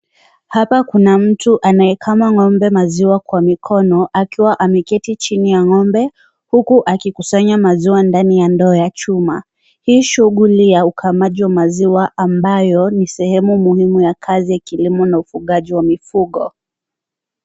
Hapa kuna mtu anayekama ng'ombe maziwa kwa mikono akiwa ameketi chini ya ng'ombe huku akikusanya maziwa ndani ya ndoo ya chuma. Hii shughuli ya ukamaji wa maziwa ambayo ni sehemu muhimu ya kilimo na ufugaji wa mifugo.